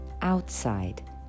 outside